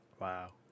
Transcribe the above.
Wow